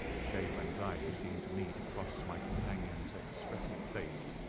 shade of anxiety seemed to me to cross my companion's expressive face.